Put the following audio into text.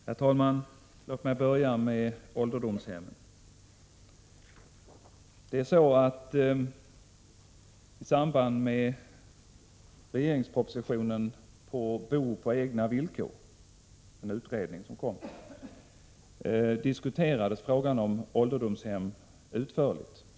Herr talman! Låt mig börja med ålderdomshemmen. I samband med den regeringsproposition som följde på utredningen Bo på egna villkor diskuterades frågan om ålderdomshemmen utförligt.